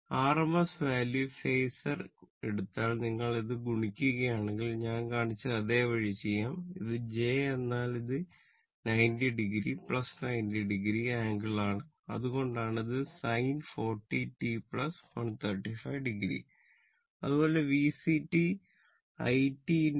RMS value i t j X C